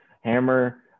Hammer